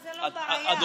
זה לא בעיה,